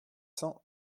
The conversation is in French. cent